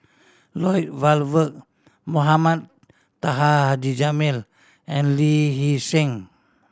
Lloyd Valberg Mohamed Taha Haji Jamil and Lee Hee Seng